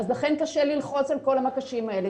לכן קשה ללחוץ על כל המקשים האלה.